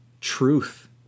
truth